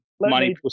money